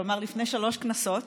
כלומר לפני שלוש כנסות,